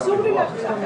הישיבה ננעלה בשעה